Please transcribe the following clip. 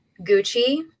Gucci